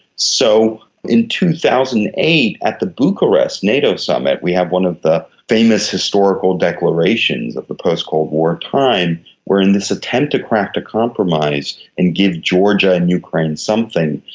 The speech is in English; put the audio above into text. so in two thousand and eight at the bucharest nato summit we have one of the famous historical declarations of the post-cold war time where, in this attempt to craft a compromise and give georgia and ukraine something,